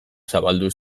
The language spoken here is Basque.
zabaldu